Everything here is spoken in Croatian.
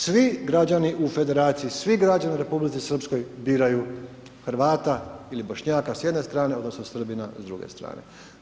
Svi građani u federaciji, svi građani u Republici Srpskoj, biraju Hrvata ili Bošnjaka s jedne strane, odnosno, Srbina s druge strane.